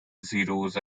zeros